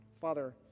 Father